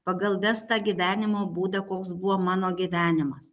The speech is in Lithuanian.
pagal vestą gyvenimo būdą koks buvo mano gyvenimas